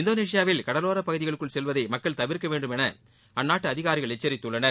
இந்தோனேஷியாவில் கடலோரப் பகுதிகளுக்குச் செல்வதை மக்கள் தவிர்க்க வேண்டும் என அந்நாட்டு அதிகாரிகள் எச்சரித்துள்ளனர்